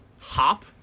Hop